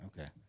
Okay